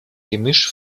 gemisch